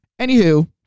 Anywho